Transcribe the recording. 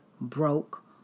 broke